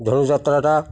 ଧନୁଯାତ୍ରାଟା